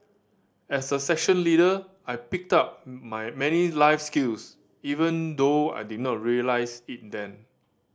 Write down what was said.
as a section leader I picked up my many life skills even though I did not realise it then